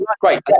Great